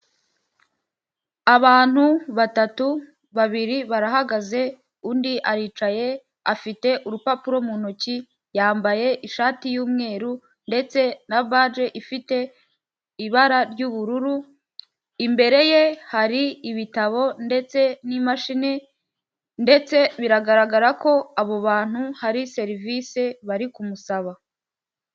Abantu batatu babiri barahagaze, undi aricaye afite urupapuro mu ntoki, yambaye ishati y'umweru ndetse na baji ifite ibara ry'ubururu, imbere ye hari ibitabo ndetse n'imashini, ndetse biragaragara ko abo bantu hari serivisi bari kumusaba.